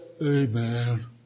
Amen